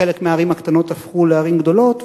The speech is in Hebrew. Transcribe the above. חלק מהערים הקטנות הפכו לערים גדולות,